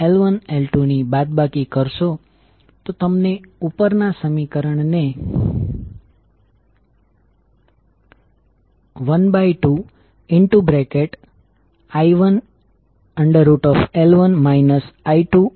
હવે ફરીથી જેમ કોઇલ 1 ના કિસ્સામાં હતું તેમ આ કિસ્સામાં પણ આપણે જોઈશું કે2કોઇલ 2 સાથે સંપૂર્ણપણે જોડાયેલ છે